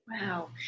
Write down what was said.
Wow